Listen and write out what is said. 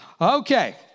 Okay